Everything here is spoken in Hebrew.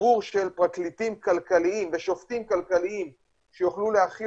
תגבור של פרקליטים כלכליים ושופטים כלכליים שיוכלו להכיל